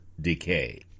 decay